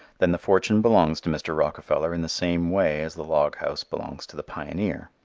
then the fortune belongs to mr. rockefeller in the same way as the log house belongs to the pioneer.